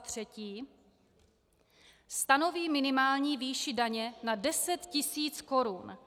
3. Stanoví minimální výši daně na 10 tisíc korun.